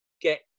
get